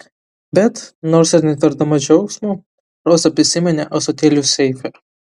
bet nors ir netverdama džiaugsmu roza prisiminė ąsotėlius seife